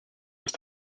just